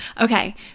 Okay